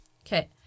Okay